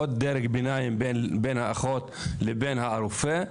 זה עוד דרג ביניים בין האחות לבין הרופא.